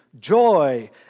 joy